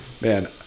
man